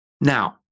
Now